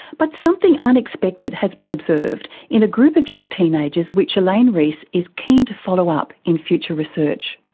but something unexpected has been observed in a group of young teenagers which elaine reese is keen to follow up in future research.